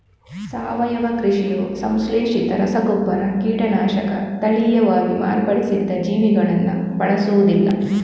ಸಾವಯವ ಕೃಷಿಯು ಸಂಶ್ಲೇಷಿತ ರಸಗೊಬ್ಬರ, ಕೀಟನಾಶಕ, ತಳೀಯವಾಗಿ ಮಾರ್ಪಡಿಸಿದ ಜೀವಿಗಳನ್ನ ಬಳಸುದಿಲ್ಲ